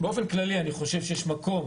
באופן כללי אני חושב שיש מקום